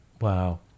Wow